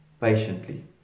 patiently